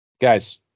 Guys